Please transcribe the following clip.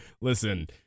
Listen